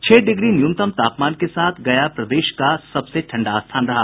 छह डिग्री न्यूनतम तापमान के साथ गया प्रदेश का सबसे ठंडा स्थान रहा